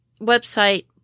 website